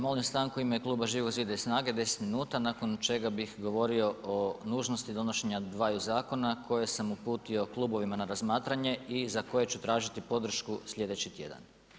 Molim stanku u ime kluba Živog zida i SNAGA-e 10 minuta nakon čega bih govorio o nužnosti donošenja dvaju zakona koje sam uputio klubovima na razmatranje i za koje ću tražiti podršku sljedeći tjedan.